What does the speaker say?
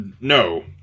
no